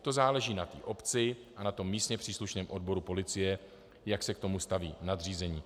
To záleží na obci a na místně příslušném odboru policie, jak se k tomu staví nadřízení.